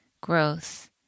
growth